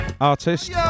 artist